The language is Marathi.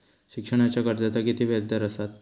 शिक्षणाच्या कर्जाचा किती व्याजदर असात?